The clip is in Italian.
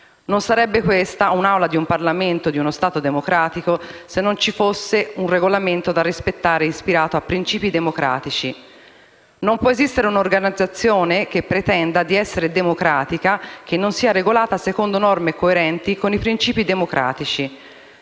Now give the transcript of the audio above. Non sarebbe questa un'Aula di un Parlamento di uno Stato democratico, se non ci fosse un Regolamento da rispettare, ispirato a principi democratici. Non può esistere un'organizzazione che pretenda di essere democratica e che non sia regolata secondo norme coerenti con i principi democratici.